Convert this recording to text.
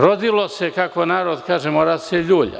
Rodilo se, kako narod kaže - mora da se ljulja.